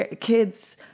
kids